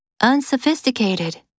Unsophisticated